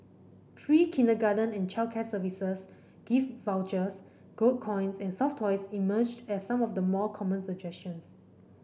free kindergarten and childcare services gift vouchers gold coins and soft toys emerged as some of the more common suggestions